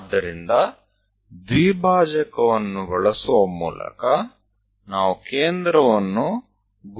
તો દ્વિભાજકનો ઉપયોગ કરીને આપણે મધ્યબિંદુ ઓળખી શકવાની સ્થિતિમાં આવીશું